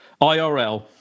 IRL